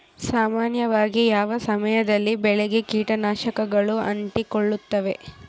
ಸಾಮಾನ್ಯವಾಗಿ ಯಾವ ಸಮಯದಲ್ಲಿ ಬೆಳೆಗೆ ಕೇಟನಾಶಕಗಳು ಅಂಟಿಕೊಳ್ಳುತ್ತವೆ?